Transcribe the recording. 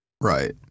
right